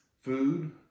Food